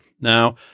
Now